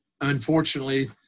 unfortunately